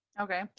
Okay